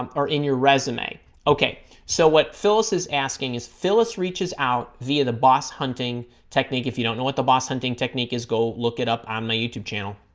um or in your resume okay so what phyllis is asking is phyllis reaches out via the boss hunting technique if you don't know what the boss hunting technique is go look it up on my youtube channel